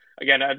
Again